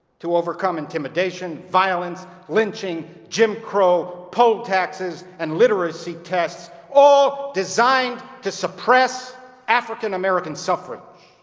to overcome intimidation, violence, lynching, jim crow, poll taxes and literacy tests, all designed to suppress african-american suffrage.